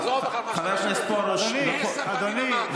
תחזור בך ממה, חבר הכנסת פרוש, אדוני, אדוני.